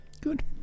Good